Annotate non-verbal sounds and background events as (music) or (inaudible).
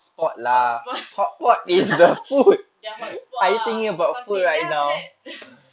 hotspot (laughs) their hotspot ah or something then after that (laughs)